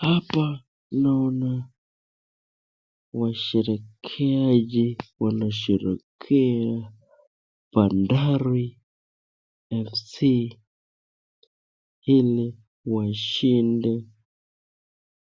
Hapa naona washerekeaji wanasherekea Bandari FC,ili washinde